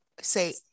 say